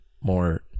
more